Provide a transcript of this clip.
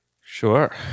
Sure